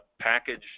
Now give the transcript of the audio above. package